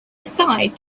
aside